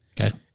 Okay